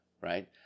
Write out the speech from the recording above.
right